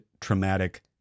traumatic